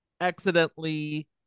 accidentally